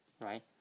right